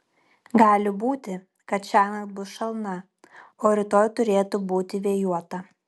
gali būti kad šiąnakt bus šalna o rytoj turėtų būti vėjuota